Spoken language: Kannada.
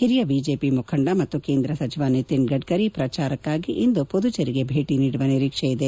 ಹಿರಿಯ ಬಿಜೆಪಿ ಮುಖಂಡ ಮತ್ತು ಕೇಂದ ಸಚಿವ ನಿತಿನ್ ಗಡ್ನರಿ ಪ್ರಚಾರಕ್ನಾಗಿ ಇಂದು ಪುದುಚೇರಿಗೆ ಭೇಟಿ ನೀಡುವ ನಿರೀಕ್ಷೆ ಇದೆ